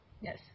Yes